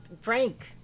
Frank